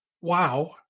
wow